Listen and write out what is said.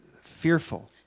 fearful